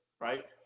Right